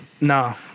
No